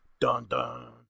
Dun-dun